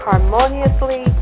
harmoniously